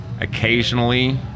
occasionally